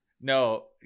No